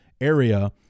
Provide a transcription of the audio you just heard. area